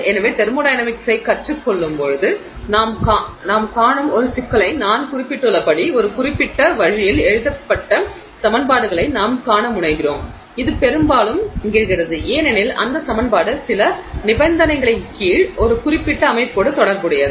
எனவே தெர்மோடையனமிக்ஸ்ஸைக் கற்றுக் கொள்ளும்போது நாம் காணும் ஒரு சிக்கலை நான் குறிப்பிட்டுள்ளபடி ஒரு குறிப்பிட்ட வழியில் எழுதப்பட்ட சமன்பாடுகளை நாம் காண முனைகிறோம் இது பெரும்பாலும் நிகழ்கிறது ஏனெனில் அந்த சமன்பாடு சில நிபந்தனைகளின் கீழ் ஒரு குறிப்பிட்ட அமைப்போடு தொடர்புடையது